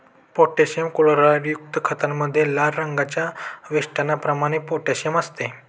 potassium क्लोराईडयुक्त खतामध्ये लाल रंगाच्या वेष्टनाप्रमाणे पोटॅशियम असते